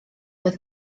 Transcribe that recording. oedd